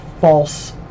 false